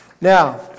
Now